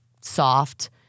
soft